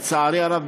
לצערי הרב,